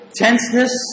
tenseness